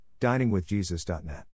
DiningWithJesus.net